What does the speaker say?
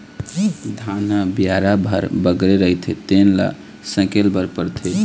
धान ह बियारा भर बगरे रहिथे तेन ल सकेले बर परथे